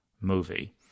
movie